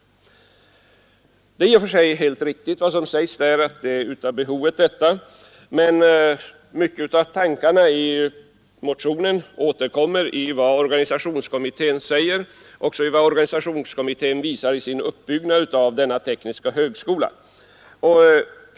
Det är i och för sig helt riktigt att detta är av behovet, men mycket av tankarna i motionen återkommer i vad organisationskommittén säger och även i vad organisationskommittén visar i sin uppbyggnad av denna tekniska högskola.